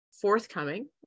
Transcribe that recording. forthcoming